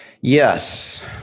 Yes